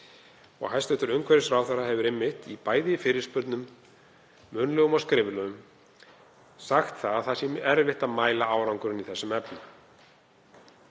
Hæstv. umhverfisráðherra hefur einmitt í fyrirspurnum, munnlegum og skriflegum, sagt að það sé erfitt að mæla árangurinn í þessum efnum.